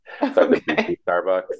Starbucks